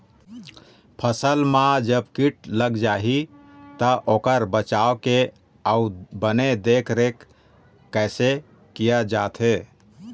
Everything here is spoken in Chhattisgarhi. फसल मा जब कीट लग जाही ता ओकर बचाव के अउ बने देख देख रेख कैसे किया जाथे?